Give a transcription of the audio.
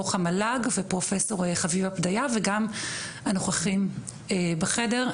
דוח המל"ג ופרופסור חביבה פדיה וגם הנוכחים בחדר,